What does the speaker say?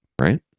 right